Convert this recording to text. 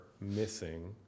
missing